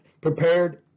prepared